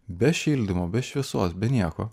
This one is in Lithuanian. be šildymo be šviesos be nieko